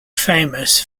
famous